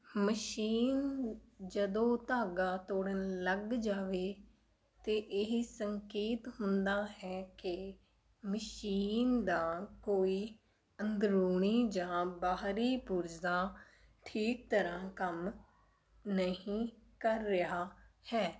machine ਜਦੋਂ ਧਾਗਾ ਤੋੜਨ ਲੱਗ ਜਾਵੇ ਤਾਂ ਇਹ ਸੰਕੇਤ ਹੁੰਦਾ ਹੈ ਕਿ ਮਸ਼ੀਨ ਦਾ ਕੋਈ ਅੰਦਰੂਨੀ ਜਾਂ ਬਾਹਰੀ ਪੁਰਜ਼ਾ ਠੀਕ ਤਰ੍ਹਾਂ ਕੰਮ ਨਹੀਂ ਕਰ ਰਿਹਾ ਹੈ